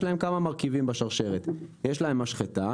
להם כמה מרכיבים בשרשרת: יש להם משחטה,